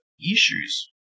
issues